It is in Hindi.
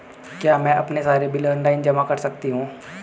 क्या मैं अपने सारे बिल ऑनलाइन जमा कर सकती हूँ?